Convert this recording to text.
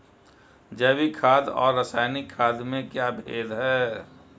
जैविक खाद और रासायनिक खाद में कोई भेद है?